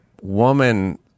woman